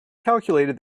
calculated